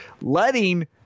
letting